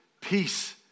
peace